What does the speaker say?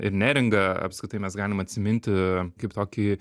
ir neringą apskritai mes galim atsiminti kaip tokį